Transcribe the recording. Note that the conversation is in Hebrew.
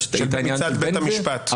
היא אומרת שצד שבית המשפט יסכים